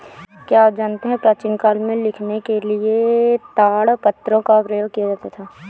क्या आप जानते है प्राचीन काल में लिखने के लिए ताड़पत्रों का प्रयोग किया जाता था?